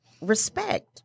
respect